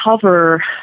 cover